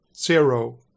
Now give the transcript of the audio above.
zero